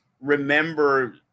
remember